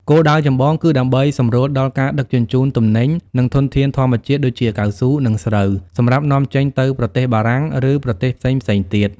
គោលដៅចម្បងគឺដើម្បីសម្រួលដល់ការដឹកជញ្ជូនទំនិញ និងធនធានធម្មជាតិ ដូចជាកៅស៊ូ និងស្រូវ សម្រាប់នាំចេញទៅប្រទេសបារាំង ឬប្រទេសផ្សេងៗទៀត។